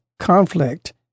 conflict